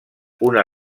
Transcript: una